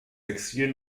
exil